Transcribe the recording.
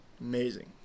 amazing